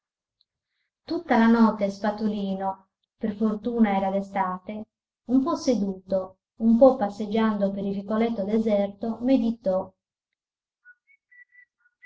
tutta la notte spatolino per fortuna era d'estate un po seduto un po passeggiando per il vicoletto deserto meditò